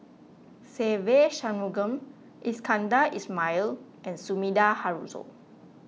Se Ve Shanmugam Iskandar Ismail and Sumida Haruzo